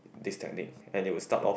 this technique and they will start off